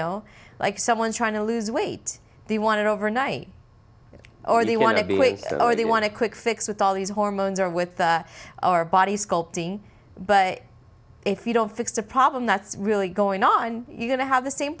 like someone trying to lose weight they want it overnight or they want to be wasted or they want a quick fix with all these hormones or with our body sculpting but if you don't fix a problem that's really going on you're going to have the same